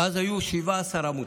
ואז היו 17 עמותות.